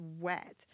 wet